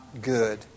good